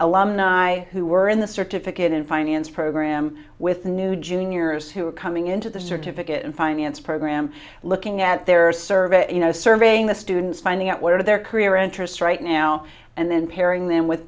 alumni who were in the certificate in finance program with new juniors who are coming into the certificate in finance program looking at their survey surveying the students finding out what are their career interests right now and then pairing them with